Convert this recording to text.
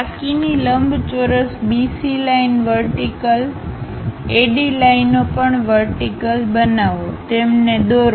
બાકીની લંબચોરસ BC line vertical AD લાઇનો પણ વર્ટિકલ બનાવો તેમને દોરો